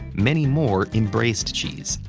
many more embraced cheese,